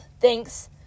thanks